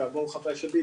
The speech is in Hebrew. כעבור חמש שנים,